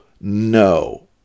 no